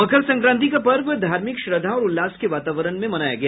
मकर संक्रांति का पर्व धार्मिक श्रद्धा और उल्लास के वातावरण में मनाया गया